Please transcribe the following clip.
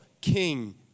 King